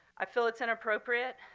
i feel it's inappropriate.